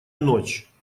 ночь